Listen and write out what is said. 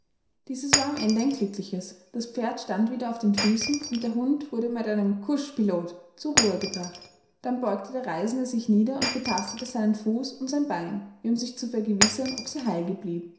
dieses war am ende ein glückliches das pferd stand wieder auf den füßen und der hund wurde mit einem couche pilot zur ruhe gebracht dann beugte der reisende sich nieder und betastete seinen fuß und sein bein wie um sich zu vergewissern ob sie heil